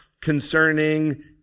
concerning